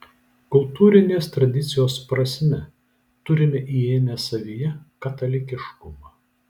kultūrinės tradicijos prasme turime įėmę savyje katalikiškumą